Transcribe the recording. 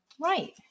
right